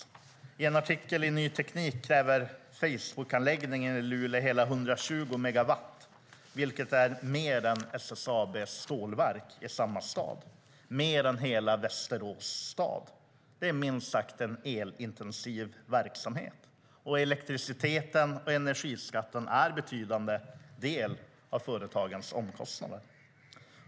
Enligt en artikel i Ny Teknik kräver Facebookanläggningen i Luleå hela 120 megawatt, vilket är mer än SSAB:s stålverk i samma stad och mer än hela Västerås stad. Det är minst sagt en elintensiv verksamhet. Elektriciteten och energiskatten är en betydande del av företagens omkostnader.